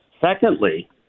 Secondly